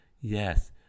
Yes